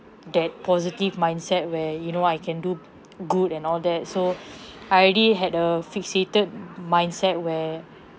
that positive mindset where you know I can do good and all that so I already had a fixated mindset where